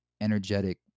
energetic